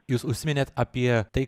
jūs užsiminėt apie tai